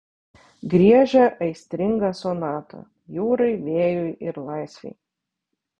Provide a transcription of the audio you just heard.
griežia aistringą sonatą jūrai vėjui ir laisvei